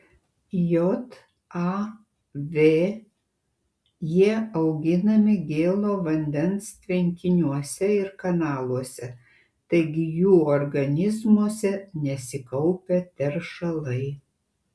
jav jie auginami gėlo vandens tvenkiniuose ir kanaluose taigi jų organizmuose nesikaupia teršalai